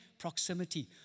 Proximity